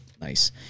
nice